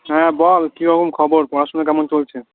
হ্যাঁ বল কীরকম খবর পড়াশোনা কেমন চলছে